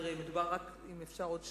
תראה, אם אפשר עוד שנייה.